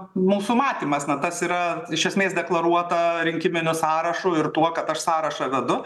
mūsų matymas na tas yra iš esmės deklaruota rinkiminiu sąrašu ir tuo kad aš sąrašą vedu